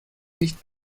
nicht